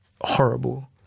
horrible